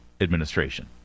administration